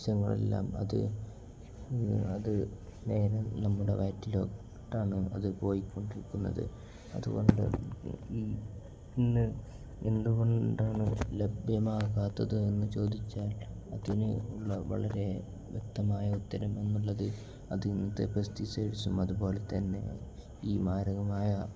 വശങ്ങളെല്ലാം അത് അത് നേരെ നമ്മുടെ വയറ്റിലോട്ടാണ് അതു പോയിക്കൊണ്ടിരിക്കുന്നത് അതുകൊണ്ട് ഇന്ന് എന്തുകൊണ്ടാണു ലഭ്യമാകാത്തത് എന്നു ചോദിച്ചാൽ അതിനുള്ള വളരെ വ്യക്തമായ ഉത്തരം എന്നുള്ളത് അതിന്നത്തെ പെസ്റ്റിസൈഡ്സും അതുപോലെ തന്നെ ഈ മാരകമായ